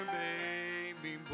baby